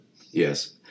Yes